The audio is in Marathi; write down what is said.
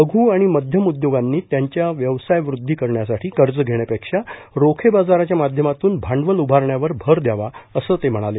लघु आणि मध्यम उद्योगांनी त्यांच्या व्यवसायवृद्धी करण्यासाठी कर्ज घेण्यापेक्षा रोखे बाजाराच्या माध्यमातून भांडवल उभारण्यावर भर द्यावा असं ते म्हणाले